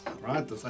Right